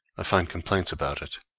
i find complaints about it